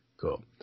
Cool